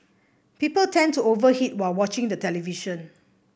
people tend to over eat while watching the television